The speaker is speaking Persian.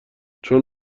چون